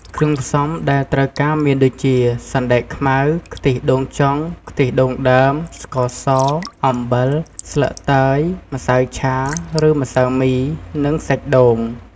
គ្រឿងផ្សំដែលត្រូវការមានដូចជា សណ្ដែកខ្មៅ ខ្ទិះដូងចុង ខ្ទិះដូងដើម ស្ករស អំបិល ស្លឹកតើយ ម្សៅឆា ឬម្សៅមី និងសាច់ដូង។